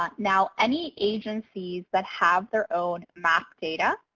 ah now any agencies that have their own map data,